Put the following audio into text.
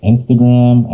Instagram